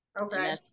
okay